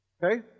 Okay